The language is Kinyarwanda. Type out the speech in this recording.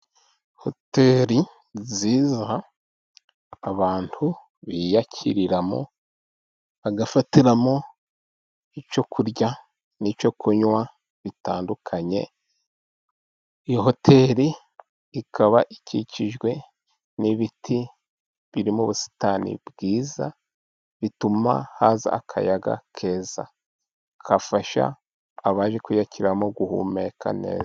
Hoteli nziza abantu biyakiriramo bagafatiramo icyo kurya n'icyo kunywa bitandukanye. Iyi hoteli ikaba ikikijwe n'ibiti birimo ubusitani bwiza bituma haza akayaga keza, kafasha abaje kwiyakiramo guhumeka neza.